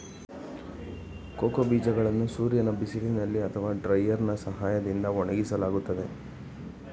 cocoa ಬೀಜಗಳನ್ನು ಸೂರ್ಯನ ಬಿಸಿಲಿನಲ್ಲಿ ಅಥವಾ ಡ್ರೈಯರ್ನಾ ಸಹಾಯದಿಂದ ಒಣಗಿಸಲಾಗುತ್ತದೆ